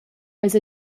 eis